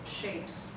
shapes